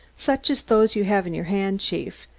such as those you have in your hand, chief,